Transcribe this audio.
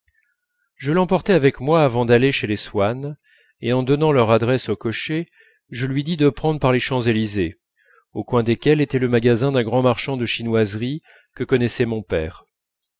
je l'emportai avec moi avant d'aller chez les swann et en donnant leur adresse au cocher je lui dis de prendre par les champs-élysées au coin desquels était le magasin d'un grand marchand de chinoiseries que connaissait mon père